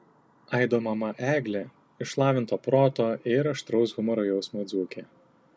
aido mama eglė išlavinto proto ir aštraus humoro jausmo dzūkė